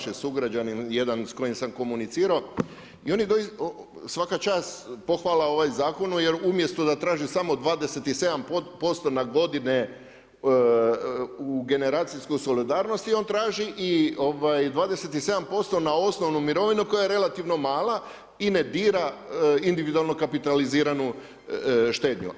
sugrađanin jedan s kojim sam komunicirao i on je doista, svaka čast pohvala ovom zakonu jer umjesto da traži samo 27% na godine u generacijsku solidarnost on traži i 27% na osnovnu mirovinu koja je relativno mala i ne dira individualno kapitaliziranu štednju.